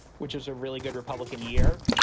which is a really good republican year.